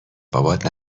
بابات